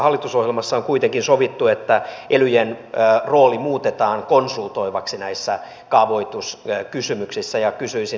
hallitusohjelmassa on kuitenkin sovittu että elyjen rooli muutetaan konsultoivaksi näissä kaavoituskysymyksissä ja kysyisin